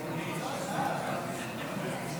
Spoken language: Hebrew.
43